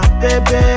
baby